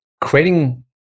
creating